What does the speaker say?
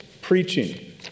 preaching